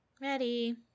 Ready